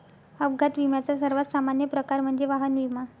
अपघात विम्याचा सर्वात सामान्य प्रकार म्हणजे वाहन विमा